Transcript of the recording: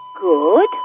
Good